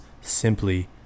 simply